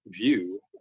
view